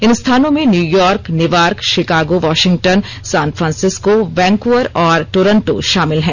इन स्थानों में New York Newark Chicago Washington San Francisco Vancouver ँऔर टोरंटो शामिल हैं